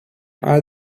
add